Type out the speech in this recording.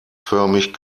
förmig